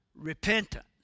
repentance